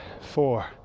four